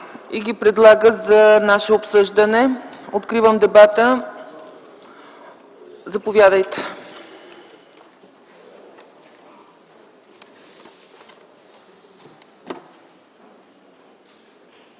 и предлага за наше обсъждане. Откривам дебата. Заповядайте.